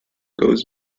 goes